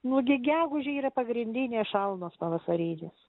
nugi gegužę yra pagrindinės šalnos pavasarinės